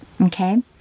Okay